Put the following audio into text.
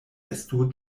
estu